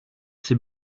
c’est